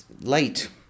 late